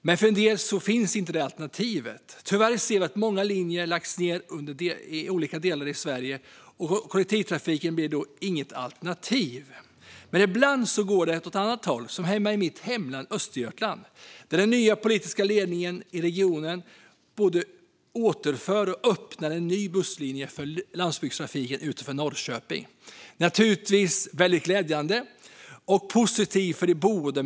Men för en del finns inte detta alternativ. Tyvärr ser vi att många linjer har lagts ned i olika delar av Sverige, och kollektivtrafiken blir då inget alternativ. Men ibland går det åt ett annat håll, som hemma i mitt hemlän Östergötland, där den nya politiska ledningen i regionen både återför och öppnar en ny busslinje för landsbygdstrafiken utanför Norrköping. Det är naturligtvis väldigt glädjande och positivt för de boende.